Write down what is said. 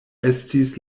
estis